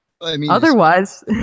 Otherwise